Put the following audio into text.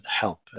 help